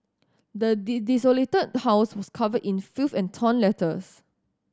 the did desolated house was covered in filth and torn letters